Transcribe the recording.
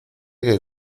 que